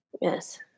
Yes